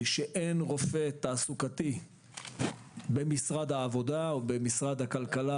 שאין רופא תעסוקתי במשרד העבודה או במשרד הכלכלה